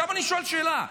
עכשיו אני שואל שאלה.